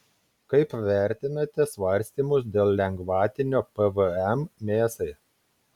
kaip vertinate svarstymus dėl lengvatinio pvm mėsai